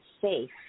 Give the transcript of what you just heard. safe